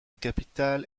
capitale